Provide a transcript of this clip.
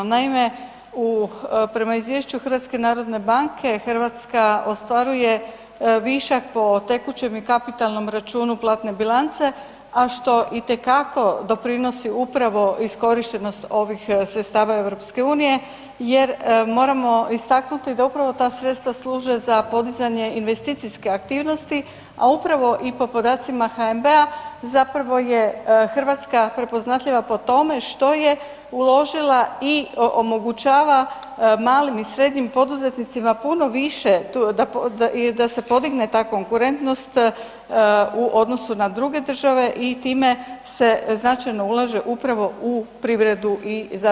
Naime, prema Izvješću HNB-a, Hrvatska ostvaruje višak po tekućem i kapitalnom računu platne bilance, a što itekako doprinosu upravo iskorištenosti ovih sredstava EU jer moramo istaknuti da upravo ta sredstva služe za podizanje investicijske aktivnosti, a upravo po podacima NHB-a zapravo je Hrvatska prepoznatljiva po tome što je uložila i omogućava malim i srednjim poduzetnicima puno više, tu, da se podigne ta konkurentnost, u odnosu na druge države i time se značajno ulaže upravo u privredu i zaštitu okoliša.